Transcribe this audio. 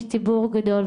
יש ציבור גדול,